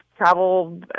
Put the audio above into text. travel